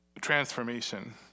transformation